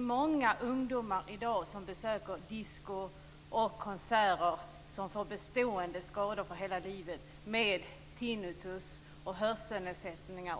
Många ungdomar som i dag besöker diskon och konserter får bestående skador för hela livet, t.ex. tinnitus och hörselnedsättningar.